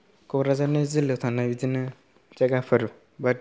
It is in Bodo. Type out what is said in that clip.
कक्राझारनि जिल्लायाव थानाय बिदिनो जायगाफोर बा